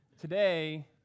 today